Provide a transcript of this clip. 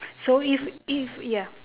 so if if ya